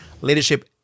Leadership